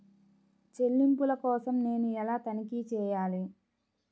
చెల్లింపుల కోసం నేను ఎలా తనిఖీ చేయాలి?